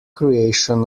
creation